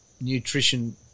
nutrition